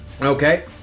Okay